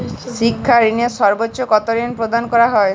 শিক্ষা ঋণে সর্বোচ্চ কতো ঋণ প্রদান করা হয়?